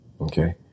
Okay